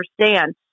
understand